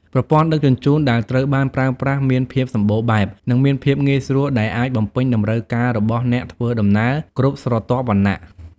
ប្រព័ន្ធដឹកជញ្ជូនដែលត្រូវបានប្រើប្រាស់មានភាពសម្បូរបែបនិងមានភាពងាយស្រួលដែលអាចបំពេញតម្រូវការរបស់អ្នកធ្វើដំណើរគ្រប់ស្រទាប់វណ្ណៈ។